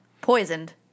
Poisoned